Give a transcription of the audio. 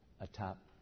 Atop